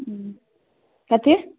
उँ कथी